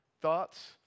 thoughts